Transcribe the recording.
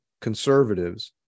conservatives